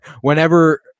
whenever